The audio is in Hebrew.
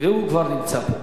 והוא כבר נמצא פה.